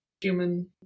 human